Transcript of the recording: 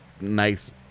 nice